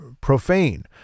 profane